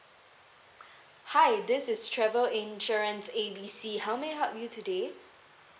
hi this is travel insurance A B C how may I help you today